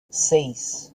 seis